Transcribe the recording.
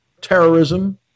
terrorism